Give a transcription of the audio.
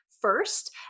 first